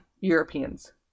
Europeans